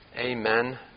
Amen